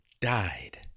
died